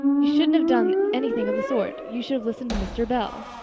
you shouldn't have done anything of the sort. you should have listened to mr. bell.